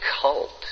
cult